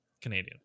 canadian